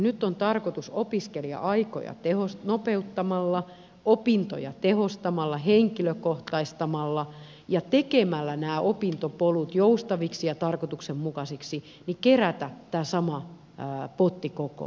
nyt on tarkoitus opintoaikoja nopeuttamalla opintoja tehostamalla ja henkilökohtaistamalla ja tekemällä nämä opintopolut joustaviksi ja tarkoituksenmukaisiksi kerätä tämä sama potti kokoon